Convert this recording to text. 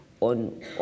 on